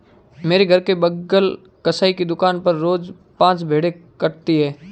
मेरे घर के बगल कसाई की दुकान पर रोज पांच भेड़ें कटाती है